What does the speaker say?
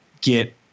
get